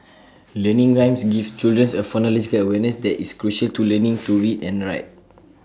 learning rhymes gives children A phonological awareness that is crucial to learning to read and write